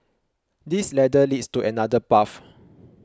this ladder leads to another path